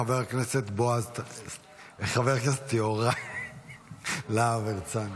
חבר הכנסת יהוראי להב הרצנו.